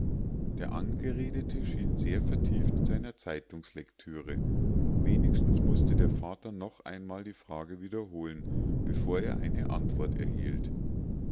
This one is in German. der angeredete schien sehr vertieft in seiner zeitungslektüre wenigstens mußte der vater noch einmal die frage wiederholen bevor er eine antwort erhielt